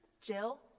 Jill